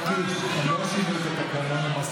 אני יודע את כל שינויי הוועדות.